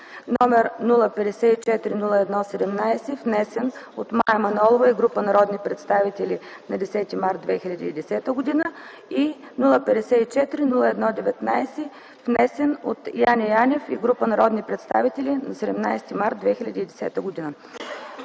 г.; № 054-01-17, внесен от Мая Манолова и група народни представители на 10 март 2010 г., и № 054-01-19, внесен от Яне Янев и група народни представители на 17 март 2010 г.